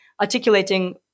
articulating